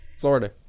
Florida